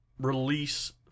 release